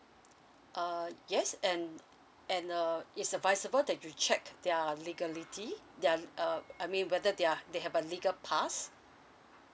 err yes and and err it's advisable that you check their legality their uh I mean whether their they have a legal pass